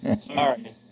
Sorry